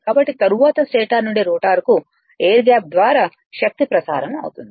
కాబట్టి తరువాత స్టేటర్ నుండి రోటర్కు ఎయిర్ గ్యాప్ ద్వారా శక్తి ప్రసారం అవుతుంది